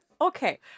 Okay